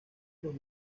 nos